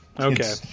okay